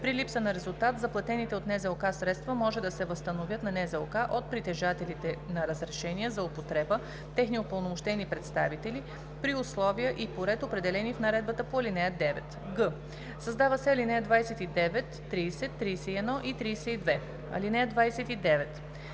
„При липса на резултат заплатените от НЗОК средства може да се възстановят на НЗОК от притежателите на разрешения за употреба/техни упълномощени представители при условия и по ред, определени в наредбата по ал. 9.“; г) създават се ал. 29, 30, 31 и 32: „(29)